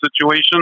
situation